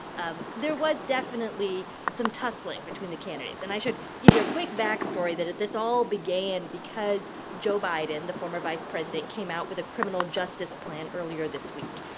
um there was definitely some tussling between the candidates and i should give you a quick backstory that this all began because joe biden, the former vice president, came out with a criminal justice plan earlier this week.